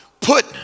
put